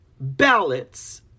ballots